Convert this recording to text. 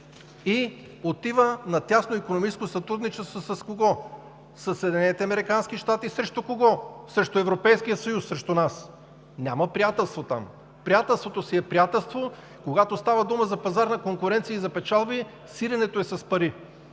и отива на тясно икономическо сътрудничество с кого? Със САЩ. Срещу кого? Срещу Европейския съюз, срещу нас. Няма приятелство там. Приятелството си е приятелство, когато става дума за пазарна конкуренция и за печалби, сиренето е с пари.